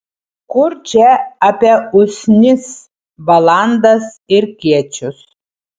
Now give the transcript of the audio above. kur čia apie usnis balandas ir kiečius